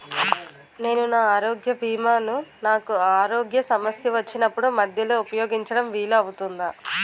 నేను నా ఆరోగ్య భీమా ను నాకు ఆరోగ్య సమస్య వచ్చినప్పుడు మధ్యలో ఉపయోగించడం వీలు అవుతుందా?